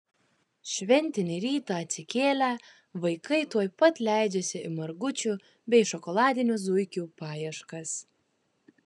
šventinį rytą atsikėlę vaikai tuoj pat leidžiasi į margučių bei šokoladinių zuikių paieškas